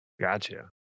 Gotcha